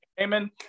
Amen